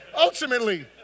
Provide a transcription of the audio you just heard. ultimately